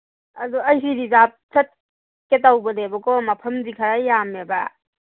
ꯑꯗꯨ ꯑꯩꯁꯦ ꯔꯤꯖꯥꯞ ꯆꯠꯀꯦ ꯇꯧꯕꯅꯦꯕ ꯀꯣ ꯃꯐꯝꯗꯤ ꯈꯔ ꯌꯥꯝꯃꯦꯕ